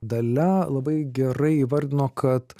dalia labai gerai įvardino kad